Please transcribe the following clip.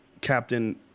Captain